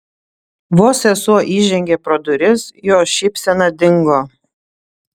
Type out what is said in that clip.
vos sesuo įžengė pro duris jos šypsena dingo